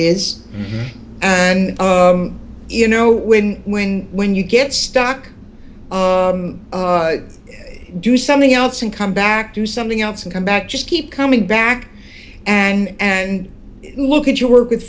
is and you know when when when you get stuck do something else and come back to something else and come back just keep coming back and look at your work with